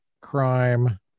crime